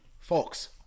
Fox